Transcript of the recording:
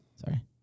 Sorry